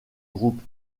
groupe